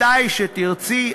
מתי שתרצי,